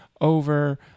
over